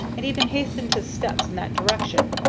and even hastened his steps in that direction,